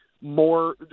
more